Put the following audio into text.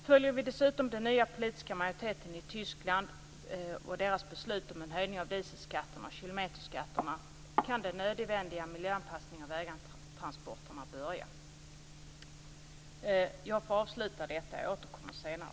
Följer vi dessutom den nya politiska majoriteten i Tyskland och dess beslut om en höjning av dieselskatterna och kilometerskatterna kan den nödvändiga miljöanpassningen av vägtransporterna börja. Jag får avsluta detta. Jag återkommer senare.